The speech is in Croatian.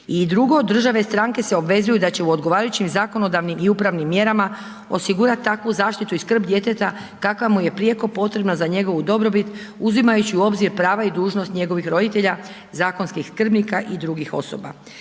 države stanke se obvezuju da će u odgovarajućih zakonodavnim i upravnim mjerama osigurati takvu zaštitu i skrb djeteta kakav mu je prijeko potrebna za njegovu dobrobit uzimajući u obzir prava i dužnost njegovih roditelja, zakonskih skrbnika i drugih osoba.